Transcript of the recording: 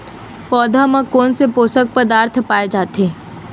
पौधा मा कोन से पोषक पदार्थ पाए जाथे?